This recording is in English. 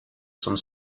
some